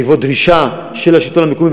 בעקבות דרישה של השלטון המקומי,